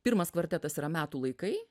pirmas kvartetas yra metų laikai